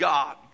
God